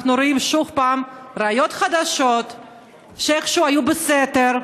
אנחנו רואים שוב פעם ראיות חדשות שאיכשהו היו בסתר,